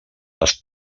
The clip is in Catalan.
les